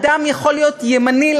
אדם יכול להיות ימני,